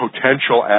potential